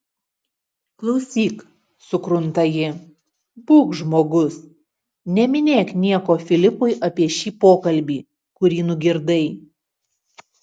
klausyk sukrunta ji būk žmogus neminėk nieko filipui apie šį pokalbį kurį nugirdai